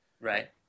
Right